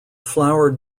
flower